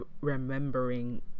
remembering